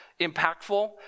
impactful